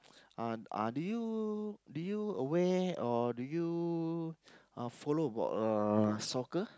uh uh do you do you aware or do you uh follow about uh soccer